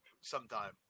sometime